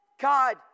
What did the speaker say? God